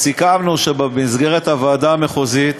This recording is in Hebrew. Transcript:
סיכמנו שבמסגרת הוועדה המחוזית